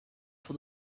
for